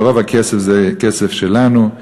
אבל רוב הכסף זה כסף שלנו,